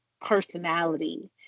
personality